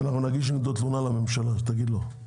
אנחנו נגיש נגדו תלונה לממשלה, תגיד לו.